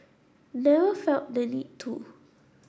never felt the need to